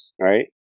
right